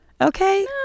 Okay